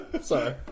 Sorry